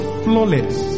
flawless